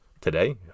today